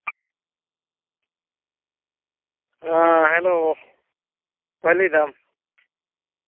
ᱦᱮᱸ ᱦᱮᱞᱳ ᱚᱠᱚᱭ ᱞᱟᱹᱭ ᱫᱟᱢ